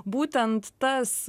būtent tas